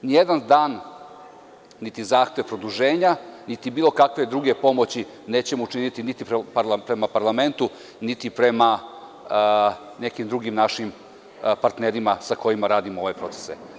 Ni jedan dan, niti zahtev produženja, niti bilo kakve druge pomoći nećemo učiniti prema parlamentu, niti prema nekim drugim našim partnerima sa kojima radimo ove procese.